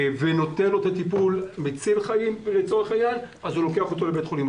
ונותן לו טיפול מציל חיים ואז הוא לוקח אותו לבית חולים.